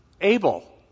Abel